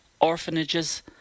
orphanages